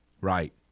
Right